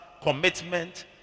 commitment